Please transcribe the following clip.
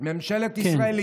ממשלת ישראל, כן.